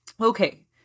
Okay